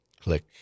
Click